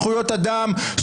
זכיות אדם,